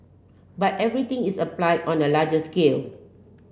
but everything is applied on a larger scale